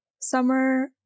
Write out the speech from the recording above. summer